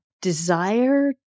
desire